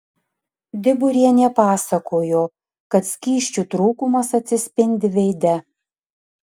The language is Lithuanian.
diburienė pasakojo kad skysčių trūkumas atsispindi veide